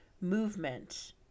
Movement